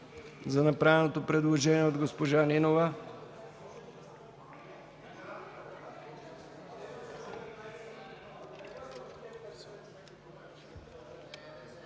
за направеното предложение от госпожа Нинова.